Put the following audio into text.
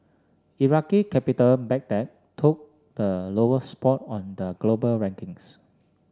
Iraqi capital Baghdad took the lowest spot on the global rankings